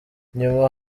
nyuma